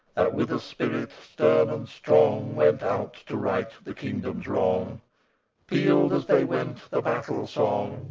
with a spirit stern and strong went out to right the kingdom's wrong pealed, as they went, the battle-song,